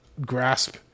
grasp